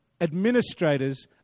administrators